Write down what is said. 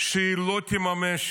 שהיא לא תממש